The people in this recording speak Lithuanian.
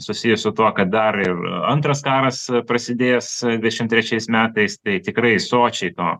susiję su tuo kad dar ir antras karas prasidėjęs dvidešimt trečiais metais tai tikrai sočiai to